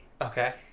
okay